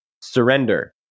Surrender